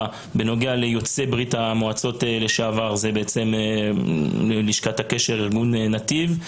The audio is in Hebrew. של יוצאי ברית המועצות לשעבר זה בעצם ארגון נתיב.